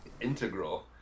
integral